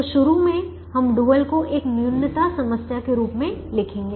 तो शुरू में हम डुअल को एक न्यूनता समस्या के रूप में लिखेंगे